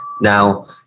Now